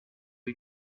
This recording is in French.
lui